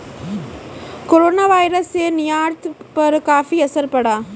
coronavirus से निर्यात पर काफी असर पड़ा